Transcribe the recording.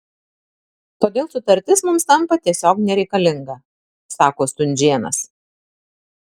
todėl sutartis mums tampa tiesiog nereikalinga sako stunžėnas